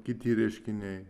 kiti reiškiniai